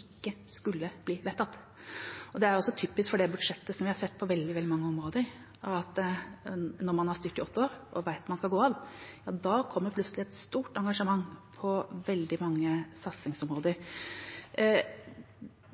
ikke skulle bli vedtatt. Det er typisk også for dette budsjettet, som vi har sett på veldig mange områder, at når man har styrt i åtte år og vet at man skal gå av, kommer plutselig et stort engasjement på veldig mange satsingsområder.